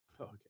Okay